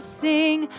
sing